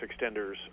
extenders